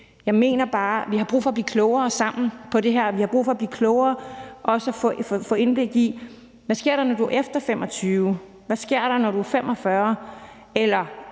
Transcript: Jeg mener bare, at vi har brug for at blive klogere på det her sammen. Vi har brug for at blive klogere og også at få indblik i, hvad der sker, når du er over 25. Hvad sker der, når du er 45,